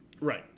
Right